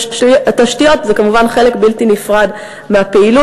התשתיות זה כמובן חלק בלתי נפרד מהפעילות,